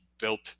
built